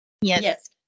Yes